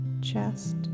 chest